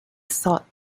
sought